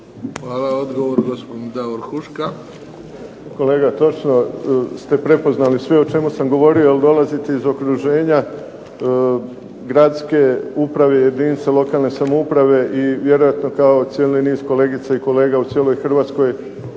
Hvala. Odgovor gospodin Davor Huška. **Huška, Davor (HDZ)** Kolega točno ste prepoznali sve o čemu sam govorio, jer dolazite iz okruženja gradske uprave jedinice lokalne samouprave i vjerojatno kao cijeli niz kolegica i kolega u cijeloj Hrvatskoj